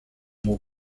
mot